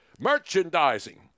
merchandising